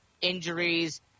injuries